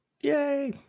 Yay